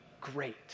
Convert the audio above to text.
great